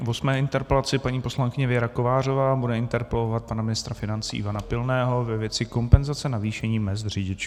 V osmé interpelaci paní poslankyně Věra Kovářová bude interpelovat pana ministra financí Ivana Pilného ve věci kompenzace navýšení mezd řidičům.